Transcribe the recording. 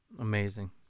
Amazing